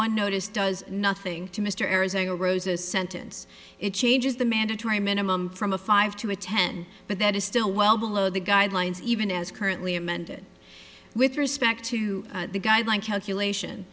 one notice does nothing to mr arizona rose a sentence it changes the mandatory minimum from a five to a ten but that is still well below the guidelines even as currently amended with respect to the guideline calculation